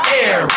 air